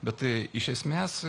bet tai iš esmės